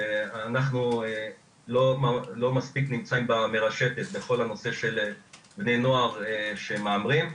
שאנחנו לא מספיק נמצאים בכל הנושא של בני נוער שמהמרים.